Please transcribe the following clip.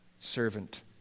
servant